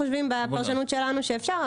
בפרשנות שלנו אנחנו חושבים שאפשר,